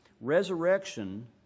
Resurrection